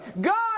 God